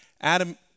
Adam